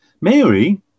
Mary